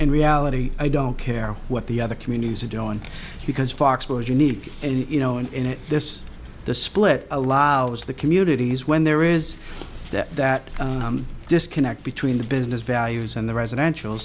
in reality i don't care what the other communities are doing because fox was unique and you know in this the split allows the communities when there is that disconnect between the business values and the residential